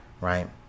right